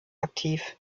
aktiv